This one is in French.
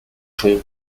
fond